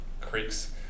creeks